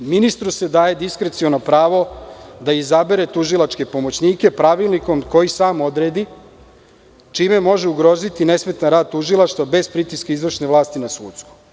Ministru se daje diskreciono pravo da izabere tužilačke pomoćnike pravilnikom koji sam odredi, čime može ugroziti nesmetan rad tužilaštva bez pritiska izvršne vlasti na sudsku.